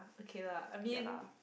okay lah I mean